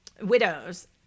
widows